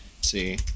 see